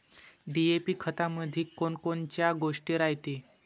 DAP खतामंदी कोनकोनच्या गोष्टी रायते?